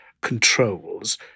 controls